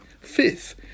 Fifth